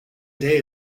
day